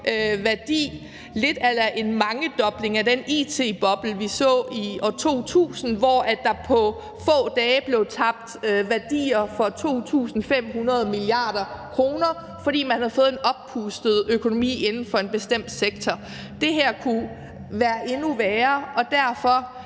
værdi – lidt a la en mangedobling af den it-boble, vi så i år 2000, hvor der på få dage blev tabt værdier for 2.500 mia. kr., fordi man havde fået en oppustet økonomi inden for en bestemt sektor. Det her kunne blive endnu værre, og derfor